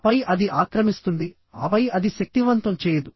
ఆపై అది ఆక్రమిస్తుంది ఆపై అది శక్తివంతం చేయదు